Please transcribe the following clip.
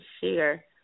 share